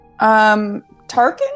Tarkin